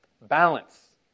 balance